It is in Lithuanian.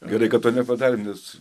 gerai kad to nepadarėm nes